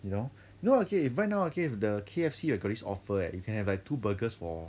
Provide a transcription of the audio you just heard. you know no okay right now okay the K_F_C got this offer eh you can have like two burgers for